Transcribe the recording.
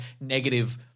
negative –